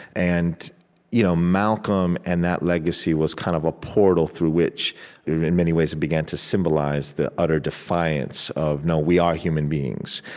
and you know malcolm and that legacy was kind of a portal through which in many ways, it began to symbolize the utter defiance of no, we are human beings.